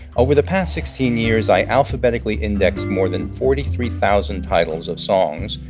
over the past sixteen years, i alphabetically indexed more than forty three thousand titles of songs,